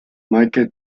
mickey